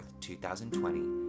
2020